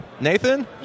Nathan